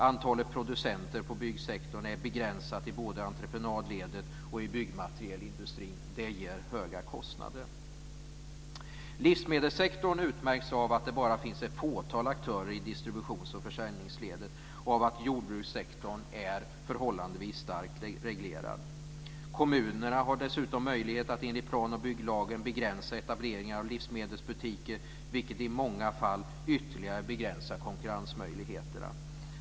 Antalet producenter inom byggsektorn är begränsat både i entreprenadledet och i byggmaterielindustrin. Det ger höga kostnader. Livsmedelssektorn utmärks av att det bara finns ett fåtal aktörer i distributions och försäljningsledet och att jordbrukssektorn är förhållandevis starkt reglerad. Kommunerna har dessutom möjlighet att enligt plan och bygglagen begränsa etableringar av livsmedelsbutiker, vilket i många fall ytterligare begränsar konkurrensmöjligheterna.